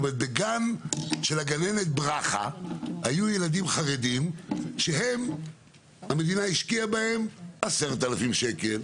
בגן של הגננת ברכה היו ילדים חרדים שהמדינה השקיעה בהם 10,000 שקל,